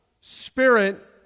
spirit